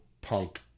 punk